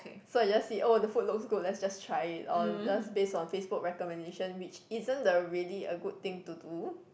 so I just see oh the food looks good let's just try it or just base on Facebook recommendation which isn't the really a good thing to do